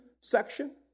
section